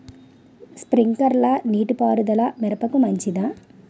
Sprinkler నీటిపారుదల మిరపకు మంచిదా?